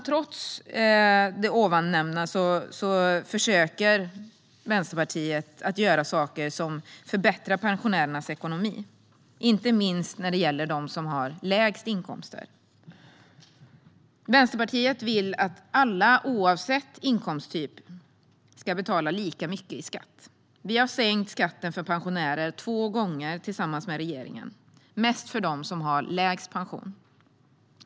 Trots det jag nu nämnt försöker Vänsterpartiet att göra saker som förbättrar ekonomin för pensionärerna, inte minst för dem som har lägst inkomster. Vänsterpartiet vill att alla, oavsett inkomsttyp, ska betala lika mycket i skatt. Vi har sänkt skatten för pensionärer två gånger, tillsammans med regeringen, mest för dem som har lägst pension.